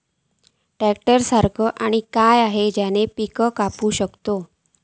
Tractor सारखा आणि काय हा ज्याने पीका कापू शकताव?